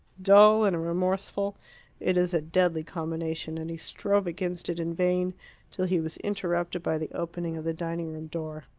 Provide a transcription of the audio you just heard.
dull and remorseful it is a deadly combination, and he strove against it in vain till he was interrupted by the opening of the dining-room door.